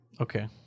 Okay